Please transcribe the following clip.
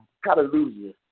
hallelujah